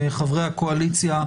חברי הקואליציה,